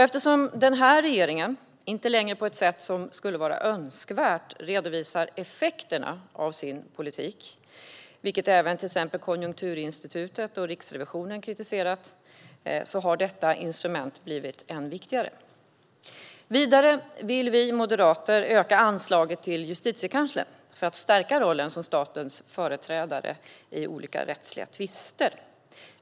Eftersom den här regeringen inte längre på ett sätt som skulle vara önskvärt redovisar effekterna av sin politik, vilket även Konjunkturinstitutet och Riksrevisionen kritiserat, har detta instrument blivit än viktigare. Vidare vill vi moderater öka anslaget till Justitiekanslern för att stärka rollen som statens företrädare i olika rättsliga tvister.